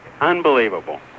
Unbelievable